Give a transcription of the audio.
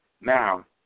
Now